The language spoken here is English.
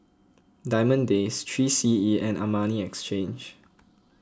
Diamond Days three C E and Armani Exchange